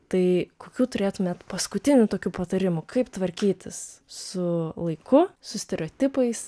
tai kokių turėtumėt paskutinių tokių patarimų kaip tvarkytis su laiku su stereotipais